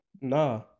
Nah